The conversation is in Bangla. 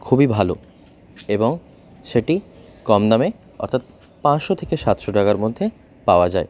খুবই ভালো এবং সেটি কম দামে অর্থাৎ পাঁচশো থেকে সাতশো টাকার মধ্যে পাওয়া যায়